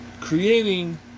creating